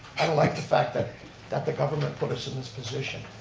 i don't like the fact that that the government put us in this position,